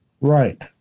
Right